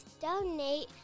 donate